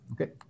Okay